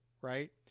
right